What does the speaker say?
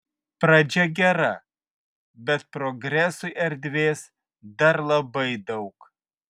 pradžia gera bet progresui erdvės dar labai daug